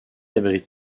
abrite